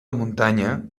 muntanya